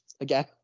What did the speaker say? again